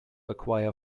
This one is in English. acquire